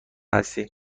هستی